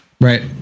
Right